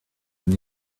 and